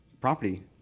property